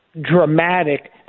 dramatic